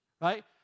Right